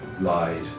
lied